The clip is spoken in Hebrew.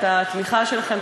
את התמיכה שלכם.